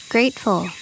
Grateful